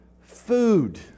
Food